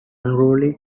unruly